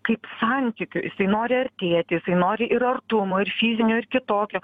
kaip santykių jisai nori artėti jisai nori ir artumo ir fizinio ir kitokio